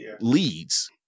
leads